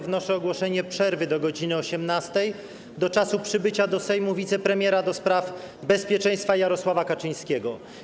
Wnoszę o ogłoszenie przerwy do godz. 18 do czasu przybycia do Sejmu wicepremiera do spraw bezpieczeństwa Jarosława Kaczyńskiego.